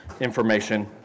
information